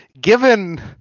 given